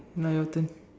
now your turn